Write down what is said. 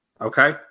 Okay